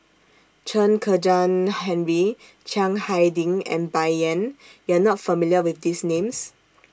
Chen Kezhan Henri Chiang Hai Ding and Bai Yan YOU Are not familiar with These Names